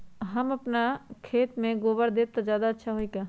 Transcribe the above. हम अपना खेत में गोबर देब त ज्यादा अच्छा होई का?